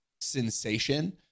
sensation